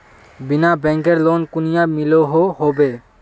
बिना बैंकेर लोन कुनियाँ मिलोहो होबे?